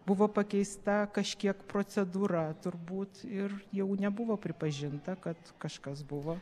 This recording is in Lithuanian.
buvo pakeista kažkiek procedūra turbūt ir jau nebuvo pripažinta kad kažkas buvo